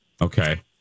Okay